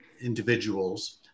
individuals